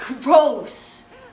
Gross